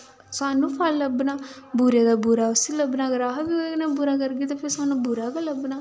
सानूं फल लब्भना बुरे दा बुरा उसी लब्भना अगर अस बी ओह्दे कन्नै बुरा करगे तां फ्ही सानूं बी बुरा गै लब्भना